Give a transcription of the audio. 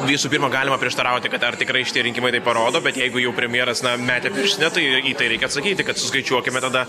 visų pirma galima prieštarauti kad ar tikrai šitie rinkimai tai parodo bet jeigu jau premjeras na metė pirštinę tai į tai reikia sakyti kad skaičiuokime tada